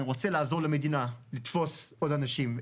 אני רוצה לעזור למדינה לתפוס את כל האנשים,